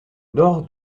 nord